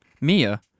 Mia